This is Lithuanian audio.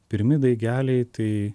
pirmi daigeliai tai